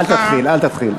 אל תתחיל.